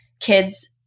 kids